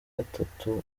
gatatu